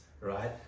right